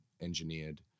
engineered